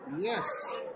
Yes